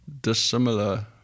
dissimilar